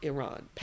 Iran